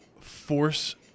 force